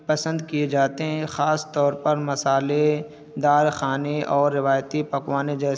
پسند کیے جاتے ہیں خاص طور پر مسالے دار کھانے اور روایتی پکوانیں جیسے